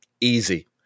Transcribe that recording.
easy